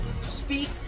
speak